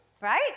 right